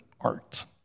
art